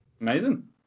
Amazing